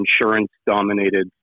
insurance-dominated